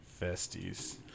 festies